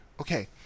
Okay